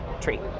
treat